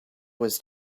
was